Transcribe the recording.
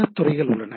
பல துறைகள் உள்ளன